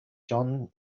john